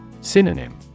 Synonym